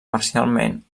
parcialment